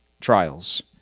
trials